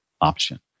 option